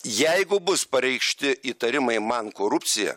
jeigu bus pareikšti įtarimai man korupcija